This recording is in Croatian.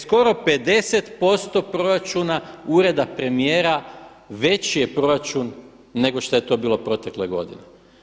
Skoro 50% proračuna Ureda premijera veći je proračun nego što je to bilo protekle godine.